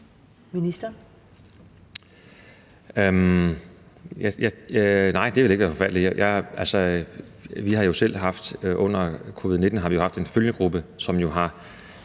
Heunicke): Nej, det ville ikke være forfærdeligt. Altså, under covid-19 har vi jo selv haft en følgegruppe, som har